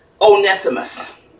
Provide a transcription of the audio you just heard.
Onesimus